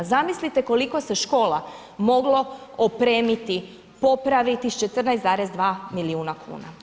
Zamislite koliko se škola moglo opremiti, popraviti sa 14,2 milijuna kuna.